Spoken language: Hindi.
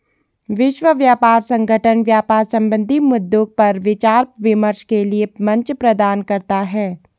विश्व व्यापार संगठन व्यापार संबंधी मद्दों पर विचार विमर्श के लिये मंच प्रदान करता है